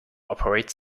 operate